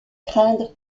craindre